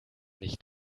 nicht